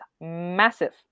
massive